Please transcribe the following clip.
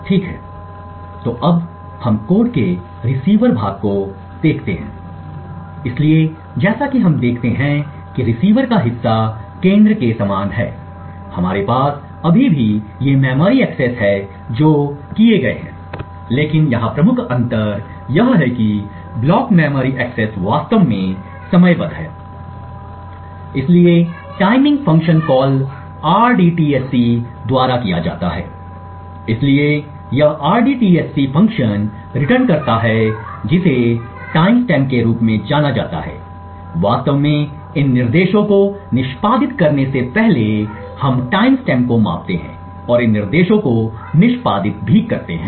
ठीक है तो अब हम कोड के रिसीवर भाग को देखते हैं इसलिए जैसा कि हम देखते हैं कि रिसीवर का हिस्सा केंद्र के समान है हमारे पास अभी भी ये मेमोरी एक्सेस हैं जो किए गए हैं लेकिन यहां प्रमुख अंतर यह है कि ब्लॉक मेमोरी एक्सेस वास्तव में समयबद्ध है इसलिए टाइमिंग फ़ंक्शन कॉल rdtsc द्वारा किया जाता है इसलिए यह rdtsc फ़ंक्शन रिटर्न करता है जिसे टाइम स्टैम्प के रूप में जाना जाता है वास्तव में इन निर्देशों को निष्पादित करने से पहले हम टाइमस्टैम्प को मापते हैं और इन निर्देशों को निष्पादित भी करते हैं